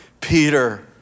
Peter